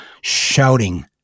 shouting